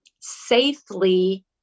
safely